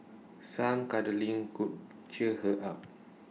some cuddling could cheer her up